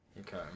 okay